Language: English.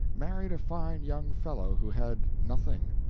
married a fine young fellow who had nothing.